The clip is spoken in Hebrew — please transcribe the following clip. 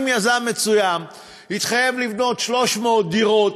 אם יזם מסוים התחייב לבנות 300 דירות,